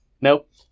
Nope